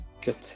Good